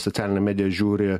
socialinę mediją žiūri